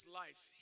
life